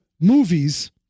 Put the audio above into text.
movies